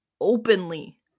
openly